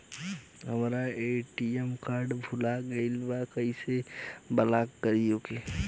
हमार ATM card भूला गईल बा कईसे ब्लॉक करी ओके?